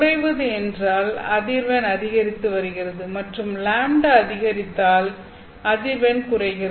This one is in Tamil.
குறைவது என்றால் அதிர்வெண் அதிகரித்து வருகிறது மற்றும் λ அதிகரித்தால் அதிர்வெண் குறைகிறது